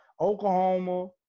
Oklahoma